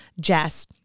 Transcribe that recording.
Jess